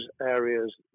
areas